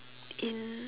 in